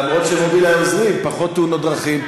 למרות ש"מובילאיי" עוזרים: פחות תאונות דרכים,